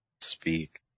speak